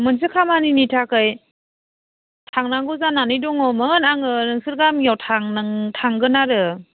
मोनसे खामानिनि थाखाय थांनांगौ जानानै दङमोन आङो नोंसोरनि गामिआव थांगोन आरो